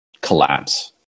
collapse